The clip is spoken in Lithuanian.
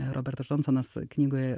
robertas džonsonas knygoj